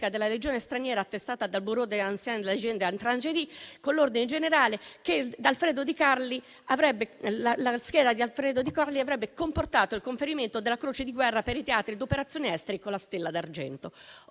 della Legione straniera, attestata dal Bureau des anciens de la Légion étrangère, che la scheda di Alfredo Decarli avrebbe comportato il conferimento della Croce di guerra per i teatri di operazione esteri con la stella d'argento.